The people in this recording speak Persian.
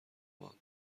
ماند